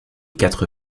quatre